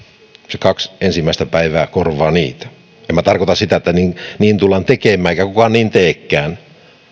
se kaksi ensimmäistä päivää korvaa niitä en minä tarkoita sitä että niin niin tullaan tekemään eikä kukaan niin teekään